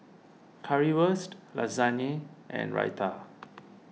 Currywurst Lasagne and Raita